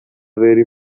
very